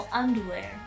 underwear